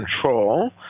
control